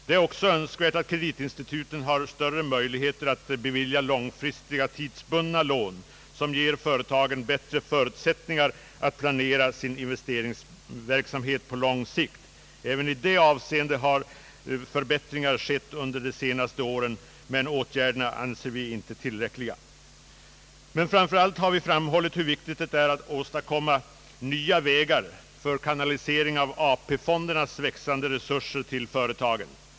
Det är också önskvärt att kreditinstituten får större möjligheter att bevilja långfristiga tidsbundna lån, som ger företagen bättre förutsättningar att planera sin investeringsverksamhet på lång sikt. Även i det avseendet har förbättringar skett under de senaste åren, men vi anser inte åtgärderna tillräckliga. Framför allt har vi framhållit hur viktigt det är att åstadkomma nya vägar för en kanalisering av AP-fondernas växande resurser ut till företagen.